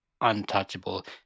untouchable